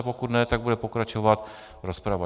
Pokud ne, tak bude pokračovat rozprava.